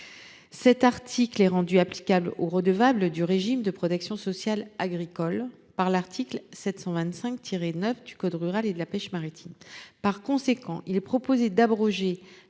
Cet article est rendu applicable aux redevables du régime de protection sociale agricole par l’article L. 725 9 du code rural et de la pêche maritime. Par conséquent, il est proposé d’abroger